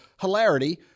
Hilarity